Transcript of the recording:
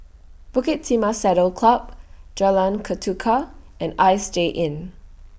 Bukit Timah Saddle Club Jalan Ketuka and Istay Inn